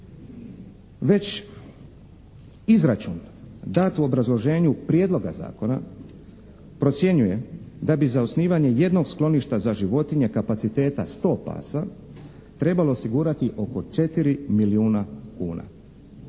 Već izračun dat u obrazloženju prijedloga zakona, procjenjuje da bi za osnivanje jednog skloništa za životinje kapaciteta sto pasa trebalo osigurati oko 4 milijuna kuna,